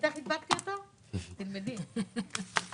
הצבעה אושר.